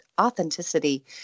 authenticity